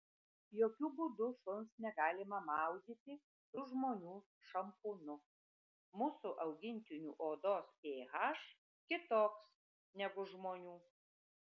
jokiu būdu šuns negalima maudyti su žmonių šampūnu mūsų augintinių odos ph kitoks negu žmonių